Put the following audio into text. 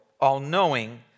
all-knowing